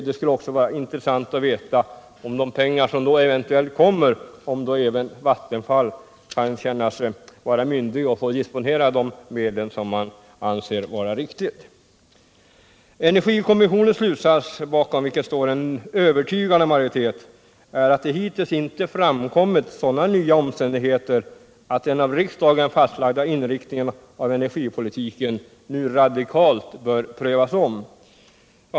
Det skulle också vara intressant att veta om även Vattenfall kan anses myndigt och få disponera de medel som eventuellt kommer Vattenfall till del. Energikommissionens slutsats, bakom vilken står en övertygande majoritet, är att det hittills inte framkommit sådana nya omständigheter att den av riksdagen fastlagda inriktningen av energipolitiken nu radikalt bör omprövas.